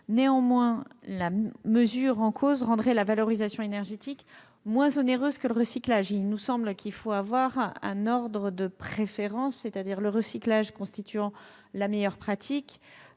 dispositifs. La mesure proposée rendrait la valorisation énergétique moins onéreuse que le recyclage. Il nous semble qu'il faut avoir un ordre de préférence : d'abord le recyclage, qui constitue la meilleure pratique,